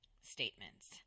statements